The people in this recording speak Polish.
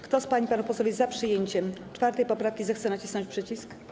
Kto z pań i panów posłów jest za przyjęciem 4. poprawki, zechce nacisnąć przycisk.